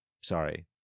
Sorry